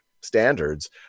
standards